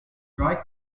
dry